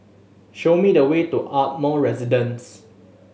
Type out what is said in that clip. show me the way to Ardmore Residence